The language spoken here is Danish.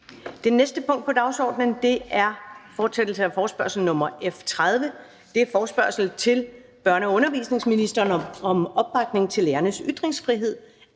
Det næste punkt på dagsordenen er: 2) Fortsættelse af forespørgsel nr. F 30 [afstemning]: Forespørgsel til børne- og undervisningsministeren om opbakning til lærernes ytringsfrihed.